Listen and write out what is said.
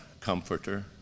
comforter